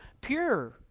pure